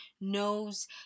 knows